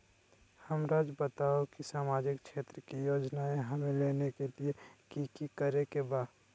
हमराज़ बताओ कि सामाजिक क्षेत्र की योजनाएं हमें लेने के लिए कि कि करे के बा?